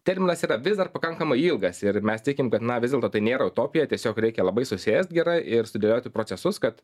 terminas yra vis dar pakankamai ilgas ir mes tikim kad na vis dėlto tai nėra utopija tiesiog reikia labai susėst gerai ir sudėlioti procesus kad